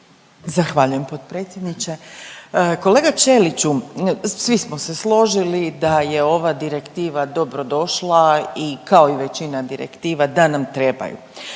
Zahvaljujem potpredsjedniče. Kolega Čeliću svi smo se složili da je ova direktiva dobro došla kao i većina direktiva da nam trebaju,